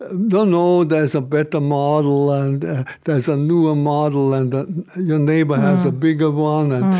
and no, there's a better model, and there's a newer model, and your neighbor has a bigger one.